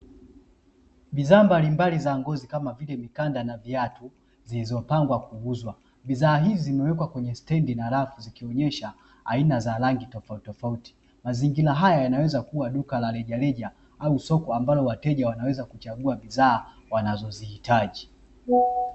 Bidhaa mbalimbali za ngozi kama vile mikanda na viatu zilizopangwa kuuzwa, bidhaa hizi zimewekwa kwenye stendi na rafu zikionyesha aina za rangi tofautitofauti, mazingira haya yanaweza kuwa duka la rejareja au soko ambalo wateja wanaweza kuchagua bidhaa wanazozihitaji.